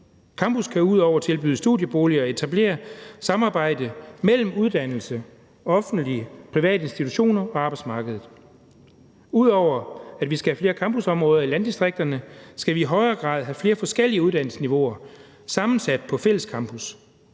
Campusser kan ud over at tilbyde studieboliger etablere samarbejde mellem uddannelserne, offentlige og private institutioner og arbejdsmarkedet. Ud over at vi skal have flere campusområder i landdistrikterne, skal vi i højere grad have flere forskellige uddannelsesniveauer sammensat på fællescampusser.